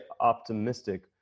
optimistic